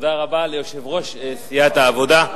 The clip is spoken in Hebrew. תודה רבה ליושב-ראש סיעת העבודה,